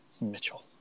Mitchell